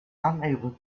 unable